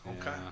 Okay